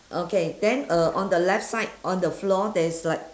okay then uh on the left side on the floor there is like